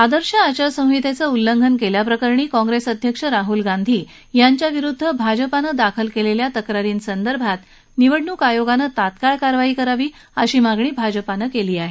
आदर्श आचारसंहितेचं उल्लंघन केल्याप्रकरणी काँग्रेस अध्यक्ष राहुल गांधी यांच्याविरुद्ध भाजपानं दाखल केलेल्या तक्रारीं संदर्भात निवडणूक आयोगानं तात्काळ कारवाई करावी अशी मागणी भाजपानं केली आहे